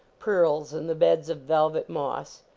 pearls in the beds of velvet moss.